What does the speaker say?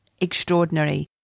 extraordinary